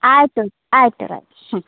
ಆಯಿತು ಆಯಿತು ಬರ್ರಿ ಹ್ಞೂ